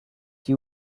qui